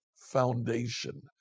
foundation